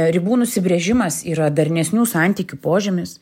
ribų nusibrėžimas yra darnesnių santykių požymis